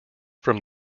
from